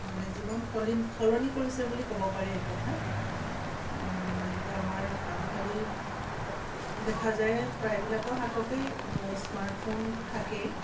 মানে জীৱন সলিন সলনি কৰিছে বুলি ক'ব পাৰি এক কথাত যেনেকৈ আমাৰ আজিকালি দেখা যায় প্ৰায়বিলাকৰ হাততেই স্মাৰ্টফোনটো থাকেই